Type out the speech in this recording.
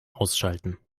ausschalten